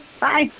Bye